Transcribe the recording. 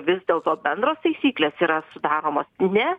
vis dėlto bendros taisyklės yra sudaromos ne